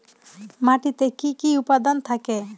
মাটিতে কি কি উপাদান থাকে?